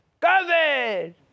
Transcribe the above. COVID